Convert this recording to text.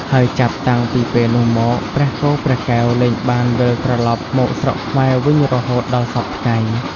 ហើយចាប់តាំងពីពេលនោះមក ព្រះគោព្រះកែវលែងបានវិលត្រឡប់មកស្រុកខ្មែរវិញរហូតដល់សព្វថ្ងៃ។